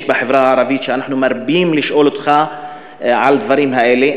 בחברה הערבית שאנחנו מרבים לשאול אותך על דברים האלה.